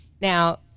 Now